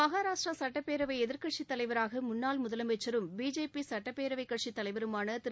மகாராஷ்டிரா சட்டப்பேரவை எதிர்க்கட்சித் தலைவராக முன்னாள் முதலமைச்சரும் பிஜேபி சட்டப்பேரவைக் கட்சித் தலைவருமான திரு